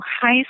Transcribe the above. high